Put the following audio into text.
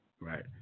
right